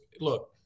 look